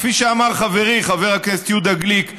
כפי שאמר חברי חבר הכנסת יהודה גליק,